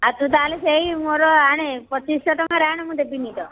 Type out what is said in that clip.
ଆ ତୁ ତା'ହେଲେ ସେଇ ମୋର ଆଣ ପଚିଶଶହ ଟଙ୍କାରେ ଆଣ ମୁଁ ଦେବିନି ତ